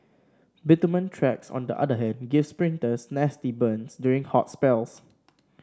bitumen tracks on the other hand give sprinters nasty burns during hot spells